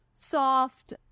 soft